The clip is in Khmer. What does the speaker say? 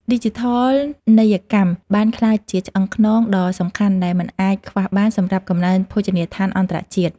ឌីជីថលនីយកម្មបានក្លាយជាឆ្អឹងខ្នងដ៏សំខាន់ដែលមិនអាចខ្វះបានសម្រាប់កំណើនភោជនីយដ្ឋានអន្តរជាតិ។